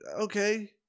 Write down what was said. Okay